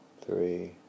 three